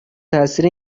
تاثیر